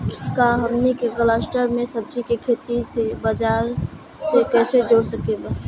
का हमनी के कलस्टर में सब्जी के खेती से बाजार से कैसे जोड़ें के बा?